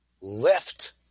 left